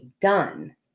done